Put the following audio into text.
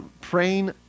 Praying